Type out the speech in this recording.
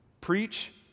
Preach